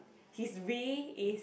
his re~ is